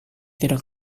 tidak